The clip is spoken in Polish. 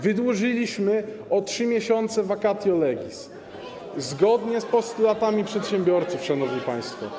Wydłużyliśmy o 3 miesiące vacatio legis zgodnie z postulatami przedsiębiorców, szanowni państwo.